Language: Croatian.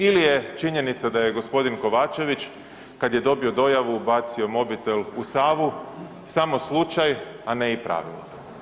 Ili je činjenica da je g. Kovačević, kad je dobio dojavu, bacio mobitel u Savu, samo slučaj, a ne i pravilo.